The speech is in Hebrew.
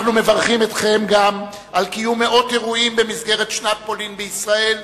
אנחנו מברכים אתכם גם על קיום מאות אירועים במסגרת שנת פולין בישראל,